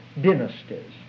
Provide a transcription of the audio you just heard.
dynasties